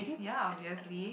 ya obviously